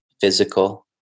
physical